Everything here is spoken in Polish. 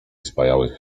spajały